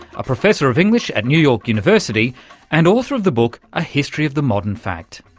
a professor of english at new york university and author of the book a history of the modern fact.